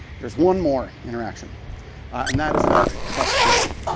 there's one more interaction and that is about trust building.